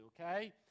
okay